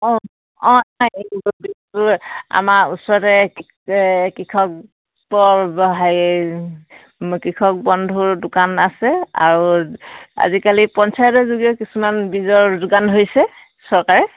অঁ অঁ আমাৰ ওচৰতে কৃষক পৰ হেৰি কৃষক বন্ধুৰ দোকান আছে আৰু আজিকালি পঞ্চায়তৰ যোগে কিছুমান বীজৰ যোগান ধৰিছে চৰকাৰে